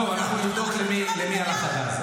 טוב, אנחנו נבדוק למי הלך הגז.